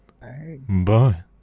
bye